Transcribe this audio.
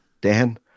Dan